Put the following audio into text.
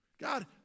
God